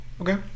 Okay